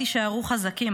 תישארו חזקים,